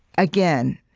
again,